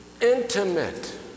intimate